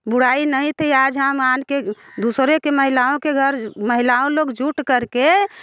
बुराई नहीं थी आज हम आन के दूसरे के महिलाओं के घर महिलाओं लोग जुट कर के